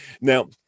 now